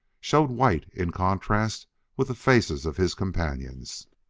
showed white in contrast with the faces of his companions.